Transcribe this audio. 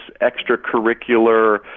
extracurricular